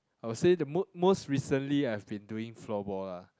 I will say the mo~ most recently I've been doing floorball lah